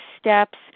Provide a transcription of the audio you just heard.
steps